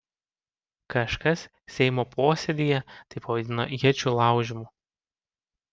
kažkas seimo posėdyje tai pavadino iečių laužymu